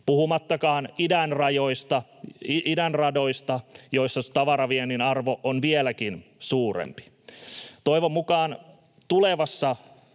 puhumattakaan idän radoista, joilla tavaraviennin arvo on vieläkin suurempi. Toivon mukaan tulevissa